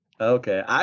Okay